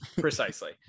Precisely